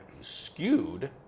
skewed